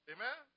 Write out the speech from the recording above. Amen